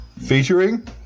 Featuring